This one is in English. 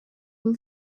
will